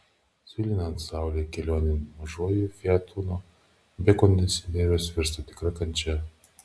svilinant saulei kelionė mažuoju fiat uno be kondicionieriaus virsta tikra kančia